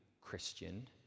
Christian